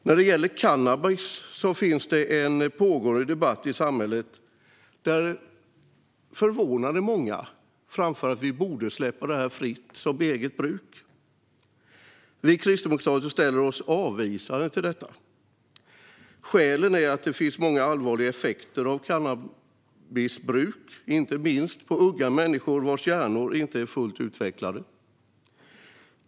När det gäller cannabis finns det en pågående debatt i samhället där förvånande många framför att vi borde släppa det fritt för eget bruk. Vi kristdemokrater ställer oss avvisande till detta. Skälet är att det finns många allvarliga effekter av cannabisbruk, inte minst på unga människor vars hjärnor inte är fullt utvecklade.